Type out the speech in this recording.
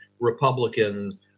Republican